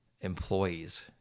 employees